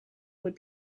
would